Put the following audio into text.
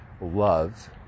love